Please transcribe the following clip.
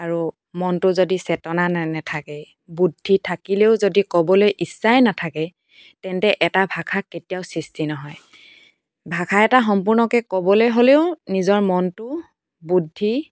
আৰু মনটোও যদি চেতনা নে নাথাকে বুদ্ধি থাকিলেও যদি ক'বলৈ ইচ্ছাই নাথাকে তেন্তে এটা ভাষা কেতিয়াও সৃষ্টি নহয় ভাষা এটা সম্পূৰ্ণকৈ ক'বলৈ হ'লেও নিজৰ মনটো বুদ্ধি